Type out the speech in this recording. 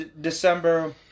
December